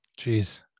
Jeez